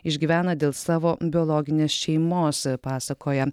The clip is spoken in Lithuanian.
išgyvena dėl savo biologinės šeimos pasakoja